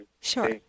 Sure